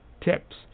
tips